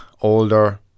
older